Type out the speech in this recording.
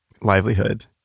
livelihood